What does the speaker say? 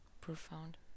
profound